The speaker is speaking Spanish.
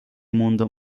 mundo